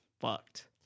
fucked